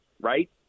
right